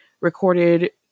recorded